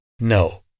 No